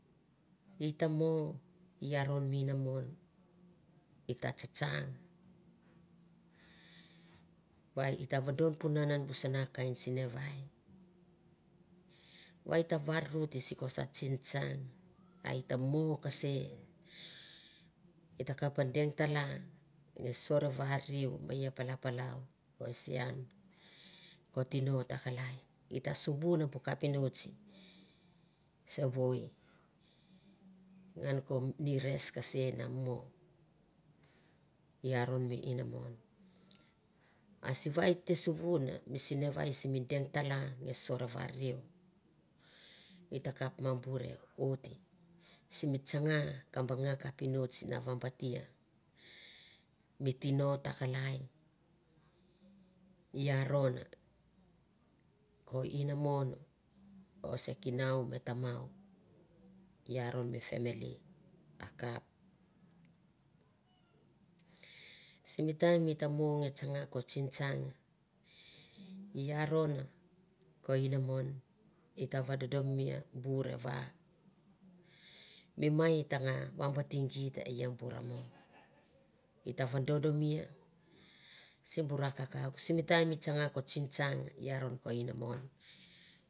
I ta mo i aron mi ina mon i ta tsatsanga va i ta vodon punanan an bu sana bu kain sinevai va i ta varuruti siko sa tsintsang a i ta mo kase i ta kapa a deng ta la nge sore variriu mai e pala pala o e sian ko tino ta kalai i ta suvuna bu kapinotsi sevoi ngan ko ni res kese nia nono laronon mi ina mon a sin va ta sinvun mi sinevai simi deng tala mi sore variriu i ta kapa mo bure ori sim tsanga ka banga kapinots na vabatia mi tino ta kalai arona ko inamon o se kinon me tamon i aron mi feneli a kap simi taimi mo nge tanga ko singtsang i arona ko inamon i ta vadodomi bure a va mi mai na nga vbatia gita eia bure a mo, vadodomia sirou ra kakauk simi tam taim i tsana ko tsingtsang i aron inamon